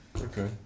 Okay